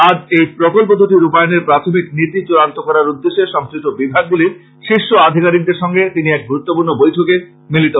আজ এই প্রকল্প দুটি রূপায়নের প্রাথমিক নীতি চূড়ান্ত করার উদ্দেশ্যে সংশ্লিষ্ট বিভাগগুলির শীর্ষ আধিকারিকদের সঙ্গে তিনি এক গুরুত্বপূর্ন বৈঠকে মিলিত হন